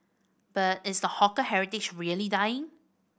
but is the hawker heritage really dying